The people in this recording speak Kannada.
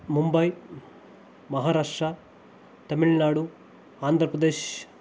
ಮುಂಬೈ ಮಹಾರಾಷ್ಟ್ರ ತಮಿಳುನಾಡು ಆಂಧ್ರ ಪ್ರದೇಶ್